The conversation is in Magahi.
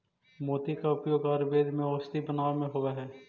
मोती का उपयोग आयुर्वेद में औषधि बनावे में होवअ हई